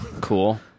Cool